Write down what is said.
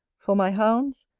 for my hounds,